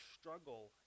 struggle